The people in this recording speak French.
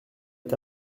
est